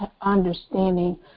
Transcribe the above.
understanding